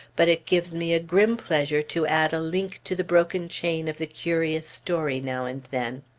but it gives me a grim pleasure to add a link to the broken chain of the curious story, now and then.